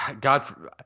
God